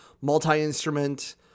multi-instrument